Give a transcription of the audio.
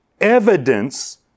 evidence